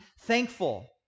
thankful